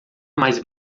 mais